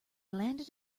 landed